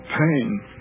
pain